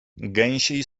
gęsiej